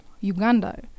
Uganda